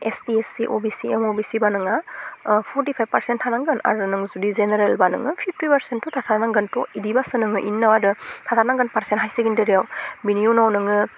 ST SC OBC एमअबिसिबा नोंहा अह फरटिफाइभ फारसेन्ट थानांगोन आोर नों जुदि जेनेरेलबा नोङो फिफटि फारसेन्टथ' थाखानांगोन थ' इदिबासो नोङो बेनि उनाव आरो थाथारनांगोन फारसेन्ट हाइसेकेण्डारियाव बिनि उनाव नोङो